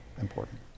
important